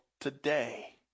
today